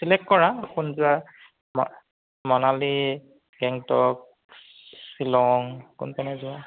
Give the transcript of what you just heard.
select কৰা কোন যোৱা ম মনালী গেংটক শ্বিলং কোন পিনে যোৱা